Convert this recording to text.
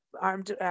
armed